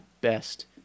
best